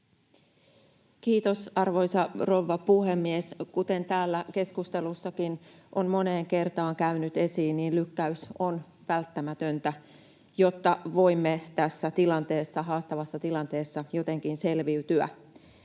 Kiitos, arvoisa rouva puhemies! Kuten täällä keskustelussakin on moneen kertaan käynyt esiin, niin lykkäys on välttämätöntä, jotta voimme tässä tilanteessa, haastavassa tilanteessa, jotenkin selviytyä.